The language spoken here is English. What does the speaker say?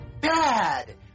bad